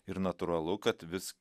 ir natūralu kad vis